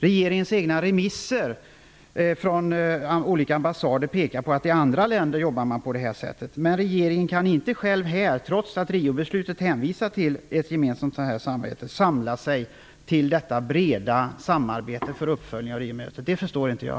Regeringens egna remisser från olika ambassader pekar på att man i andra länder jobbar på det här sättet. Men regeringen kan inte själv samla sig till detta samarbete för uppföljning av Riomötet, trots att Riobeslutet hänvisar till ett sådant samarbete. Det förstår inte jag.